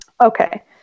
okay